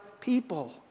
people